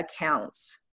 accounts